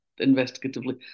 investigatively